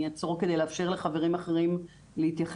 אני אעצור כדי לאפשר לחברים אחרים להתייחס,